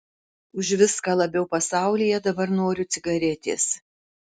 už viską labiau pasaulyje dabar noriu cigaretės